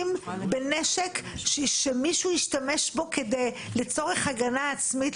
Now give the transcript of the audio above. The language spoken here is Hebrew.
בנשק שמישהו השתמש בו לצורך הגנה עצמית,